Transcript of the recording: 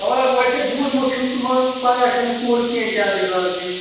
خبر حظ ویسے بوٗزمُت چھُم تہٕ مگر وۄنۍ پَیا چھُنہٕ پوٗرٕ کیٚنٛہہ کیٛاہ گٔے برٛانٛدٕ کٔنۍ